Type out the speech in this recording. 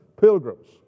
pilgrims